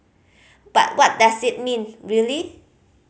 but what does it mean really